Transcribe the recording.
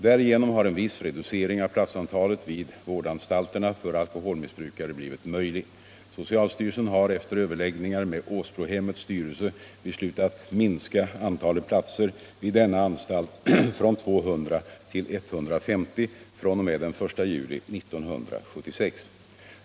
Därigenom har en viss reducering av platsantalet vid vårdanstalterna för alkoholmissbrukare blivit möjlig. Socialstyrelsen har efter överläggningar med Åsbrohemmets styrelse beslutat minska antalet platser vid denna anstalt från 200 till 150 fr.o.m. den 1 juli 1976.